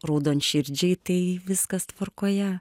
raudonširdžiai tai viskas tvarkoje